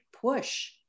push